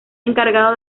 encargado